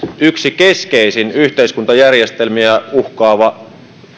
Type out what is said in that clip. yksi keskeisimpiä yhteiskuntajärjestelmiä uhkaavia